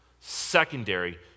secondary